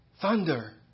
thunder